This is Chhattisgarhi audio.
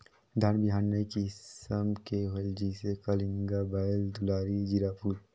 धान बिहान कई किसम के होयल जिसे कि कलिंगा, बाएल दुलारी, जीराफुल?